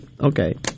Okay